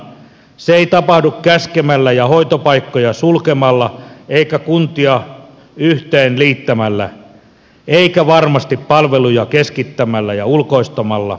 se ei tapahdu käskemällä ja hoitopaikkoja sulkemalla eikä kuntia yhteen liittämällä eikä varmasti palveluja keskittämällä ja ulkoistamalla